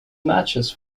matches